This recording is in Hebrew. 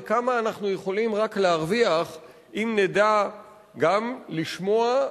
וכמה אנחנו יכולים רק להרוויח אם נדע גם לשמוע,